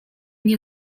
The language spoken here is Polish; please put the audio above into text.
nie